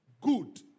good